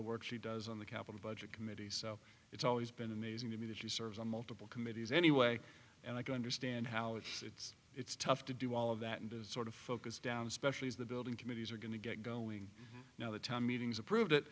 the work she does on the capital budget committee so it's always been amazing to me that she serves on multiple committees anyway and i can understand how it's it's tough to do all of that and sort of focus down especially as the building committees are going to get going now the town meetings approved